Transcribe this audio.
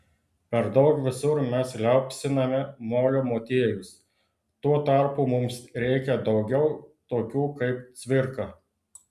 per daug visur mes liaupsiname molio motiejus tuo tarpu mums reikia daugiau tokių kaip cvirka